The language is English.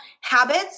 habits